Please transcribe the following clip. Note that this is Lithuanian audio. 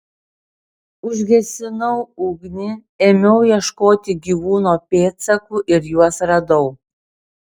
užgesinau ugnį ėmiau ieškoti gyvūno pėdsakų ir juos radau